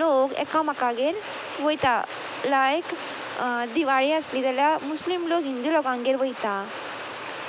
लोक एकामेकागेर वता लायक दिवाळी आसली जाल्यार मुस्लीम लोक हिंदू लोकांगेर वता